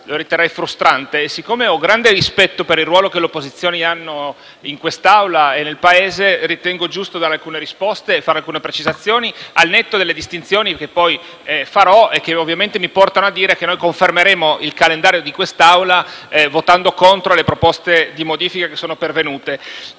lo riterrei frustrante. Poiché, invece, ho grande rispetto per il ruolo che le opposizioni hanno in quest'Assemblea e nel Paese, ritengo giusto dare delle risposte e fare alcune precisazioni, al netto delle distinzioni che farò e che ovviamente mi portano a dire che confermeremo il calendario dei lavori d'Assemblea votando contro le proposte di modifica pervenute.